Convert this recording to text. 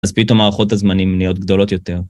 אז פתאום הערכות הזמנים נהיות גדולות יותר.